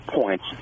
points